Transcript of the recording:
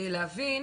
כולל.